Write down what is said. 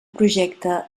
projecte